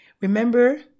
Remember